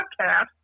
podcast